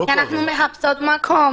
כי אנחנו מחפשות מקום.